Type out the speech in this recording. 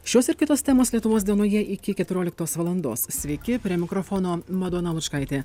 šios ir kitos temos lietuvos dienoje iki keturioliktos valandos sveiki prie mikrofono madona lučkaitė